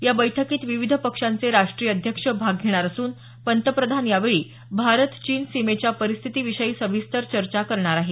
या बैठकीत विविध पक्षांचे राष्ट्रीय अध्यक्ष भाग घेणार असून पंतप्रधान यावेळी भारत चीन सीमेच्या परिस्थितीविषयी सविस्तर चर्चा करणार आहेत